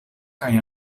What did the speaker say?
kaj